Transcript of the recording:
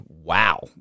wow